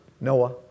Noah